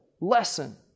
lesson